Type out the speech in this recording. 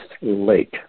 lake